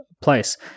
place